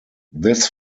this